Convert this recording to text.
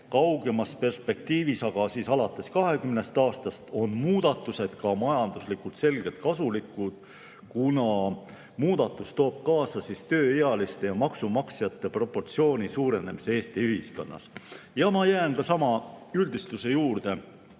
Kaugemas perspektiivis aga, siis alates 20 aastast, on need muudatused ka majanduslikult selgelt kasulikud, kuna see toob kaasa tööealiste ja maksumaksjate proportsiooni suurenemise Eesti ühiskonnas. Ja ma jään ka sama üldistuse juurde.